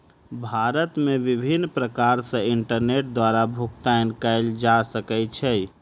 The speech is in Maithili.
भारत मे विभिन्न प्रकार सॅ इंटरनेट द्वारा भुगतान कयल जा सकै छै